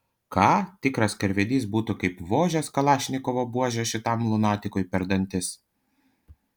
ką tikras karvedys būtų kaip vožęs kalašnikovo buože šitam lunatikui per dantis